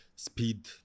Speed